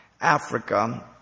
Africa